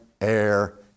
air